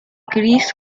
gris